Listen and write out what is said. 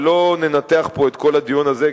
ולא ננתח פה את כל הדיון הזה,